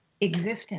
existence